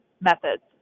methods